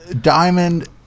Diamond